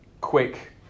quick